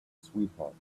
sweetheart